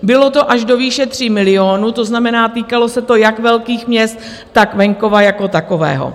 Bylo to až do výše 3 milionů, to znamená, týkalo se to jak velkých měst, tak venkova jako takového.